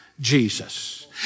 Jesus